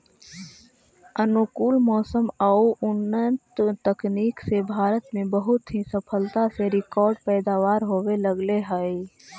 अनुकूल मौसम आउ उन्नत तकनीक से भारत में बहुत ही सफलता से रिकार्ड पैदावार होवे लगले हइ